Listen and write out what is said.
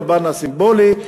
בפן הסימבולי,